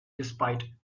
despite